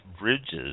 bridges